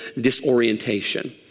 disorientation